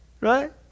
Right